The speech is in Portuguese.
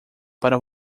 para